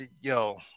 Yo